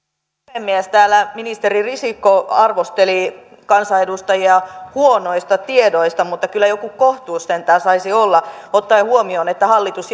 puhemies täällä ministeri risikko arvosteli kansanedustajia huonoista tiedoista mutta kyllä joku kohtuus sentään saisi olla ottaen huomioon että hallitus